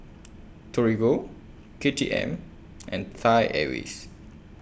Torigo K T M and Thai Airways